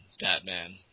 Batman